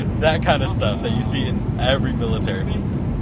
but that kind of stuff that you see in every military movie.